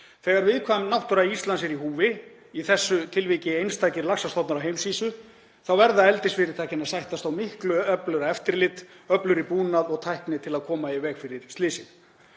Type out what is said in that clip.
Þegar viðkvæm náttúra Íslands er í húfi, í þessu tilviki einstakir laxastofnar á heimsvísu, þá verða eldisfyrirtækin að sættast á miklu öflugra eftirlit, öflugri búnað og tækni til að koma í veg fyrir slysin.